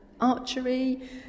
archery